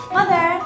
Mother